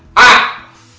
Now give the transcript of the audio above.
i